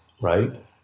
right